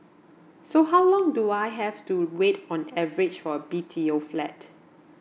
so how long do I have to wait on average for a B_T_O flat